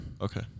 Okay